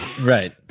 Right